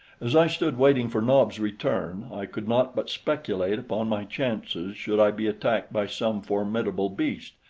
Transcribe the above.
as i stood waiting for nobs' return, i could not but speculate upon my chances should i be attacked by some formidable beast.